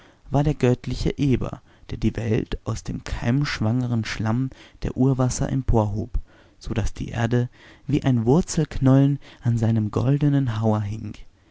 war der göttliche eber der die welt aus dem keimschwangeren schlamm der urwasser emporhob so daß die erde wie ein wurzelknollen an seinem goldenen hauer hing